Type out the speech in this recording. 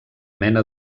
mena